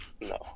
No